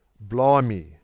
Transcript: blimey